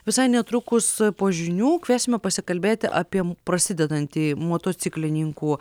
visai netrukus po žinių kviesime pasikalbėti apie prasidedantį motociklininkų